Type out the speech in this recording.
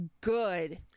good